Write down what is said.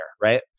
right